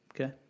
Okay